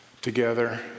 Together